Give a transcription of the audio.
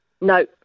No